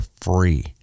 free